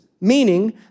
meaning